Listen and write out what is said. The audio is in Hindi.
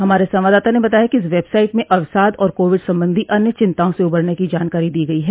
हमारे संवाददाता ने बताया है कि इस वेबसाइट में अवसाद और कोविड संबंधी अन्य चिंताओं से उबरने की जानकारी दी गई है